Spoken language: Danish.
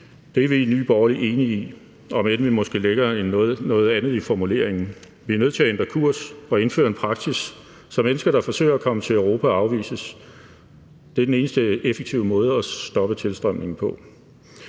Det er vi i Nye Borgerlige enige i, om end vi måske lægger noget andet i formuleringen. Vi er nødt til at ændre kurs og indføre en praksis, så mennesker, der forsøger at komme til Europa, afvises. Det er den eneste effektive måde at stoppe tilstrømningen på.